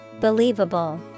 Believable